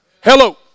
Hello